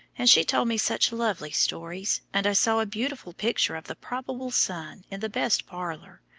and she told me such lovely stories, and i saw a beautiful picture of the probable son in the best parlor,